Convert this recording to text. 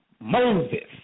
Moses